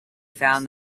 found